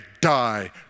die